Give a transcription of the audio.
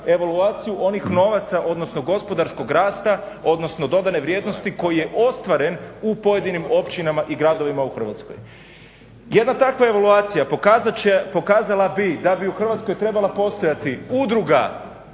evaluaciju onih novaca odnosno gospodarskog rasta odnosno dodane vrijednosti koji je ostvaren u pojedinim općinama i gradovima u Hrvatskoj. Jedna takva evaluacija pokazala bi da bi u Hrvatskoj trebala postojati udruga